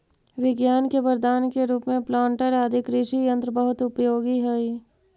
विज्ञान के वरदान के रूप में प्लांटर आदि कृषि यन्त्र बहुत उपयोगी हई